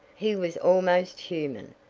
he was almost human,